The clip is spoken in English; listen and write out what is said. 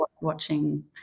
watching